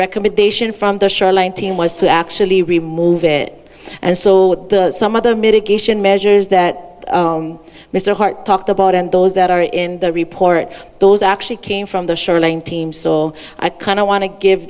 recommendation from the shoreline team was to actually remove it and so with some other mitigation measures that mr hart talked about and those that are in the report those actually came from the shoreline team so i kind of want to give